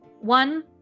one